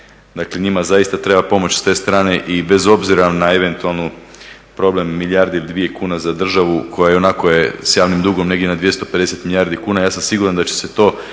dakle njima zaista treba pomoć s te strane i bez obzira na eventualni problem milijardi ili dvije kuna za državu koja i onako je s javnim dugom negdje na 250 milijardi kuna, ja sam siguran da će se to